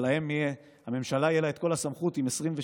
אבל לממשלה תהיה כל הסמכות עם 26,